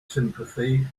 sympathy